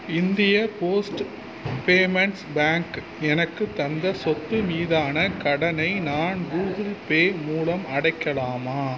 India post payments bank எனக்குத் தந்த சொத்து மீதான கடனை நான் கூகிள்பே மூலம் அடைக்கலாமா